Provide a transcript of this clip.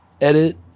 edit